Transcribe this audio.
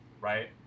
right